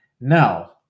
now